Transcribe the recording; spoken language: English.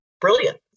brilliant